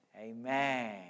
Amen